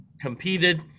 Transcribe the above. competed